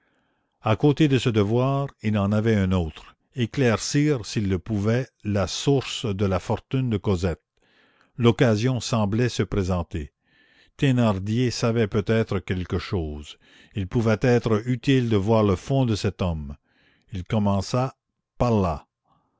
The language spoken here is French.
à côté de ce devoir il en avait un autre éclaircir s'il se pouvait la source de la fortune de cosette l'occasion semblait se présenter thénardier savait peut-être quelque chose il pouvait être utile de voir le fond de cet homme il commença par là